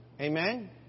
Amen